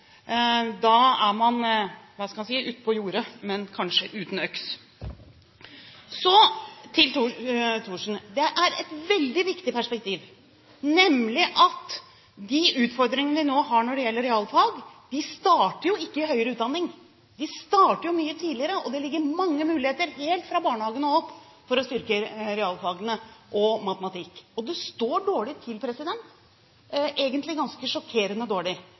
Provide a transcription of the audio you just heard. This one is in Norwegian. er man – hva skal en si – ute på jordet, men kanskje uten øks. Så til Thorsen: Det er et veldig viktig perspektiv, nemlig det at de utfordringene vi nå har når det gjelder realfag, ikke starter i høyere utdanning. De starter mye tidligere. Det ligger mange muligheter helt fra barnehagen og opp til å styrke realfagene, bl.a. matematikk. Det står dårlig til – egentlig ganske sjokkerende dårlig.